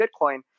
Bitcoin